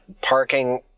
parking